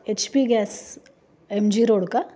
H P gas M G road का